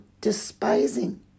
despising